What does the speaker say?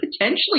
potentially